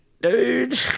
Dude